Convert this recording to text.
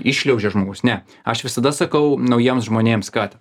iššliaužia žmogus ne aš visada sakau naujiems žmonėms kad